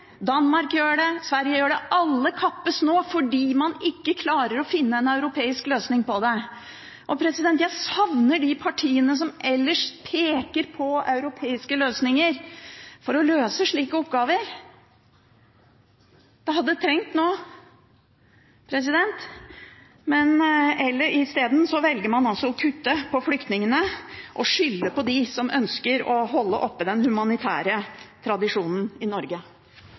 Danmark gjør det, Sverige gjør det. Alle kappes nå fordi man ikke klarer å finne en europeisk løsning på det. Jeg savner de partiene som ellers peker på europeiske løsninger for å løse slike oppgaver. Det hadde vi trengt nå, men isteden velger man altså å kutte til flyktningene og skylde på dem som ønsker å holde oppe den humanitære tradisjonen i Norge.